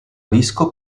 disco